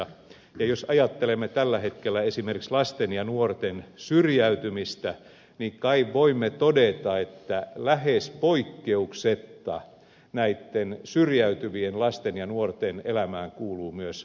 ja jos ajattelemme tällä hetkellä esimerkiksi lasten ja nuorten syrjäytymistä niin kai voimme todeta että lähes poikkeuksetta näitten syrjäytyvien lasten ja nuorten elämään kuuluu myös alkoholi